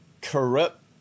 corrupt